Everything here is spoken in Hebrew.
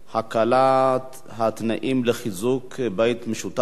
(הקלת התנאים לחיזוק בית משותף),